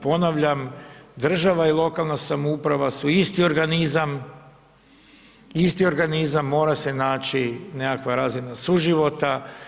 Ponavljam, država i lokalna samouprava su isti organizam, isti organizam, mora se naći nekakva razina suživota.